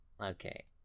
Okay